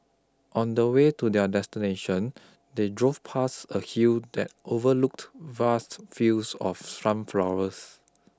on the way to their destination they drove past a hill that overlooked vast fields of sunflowers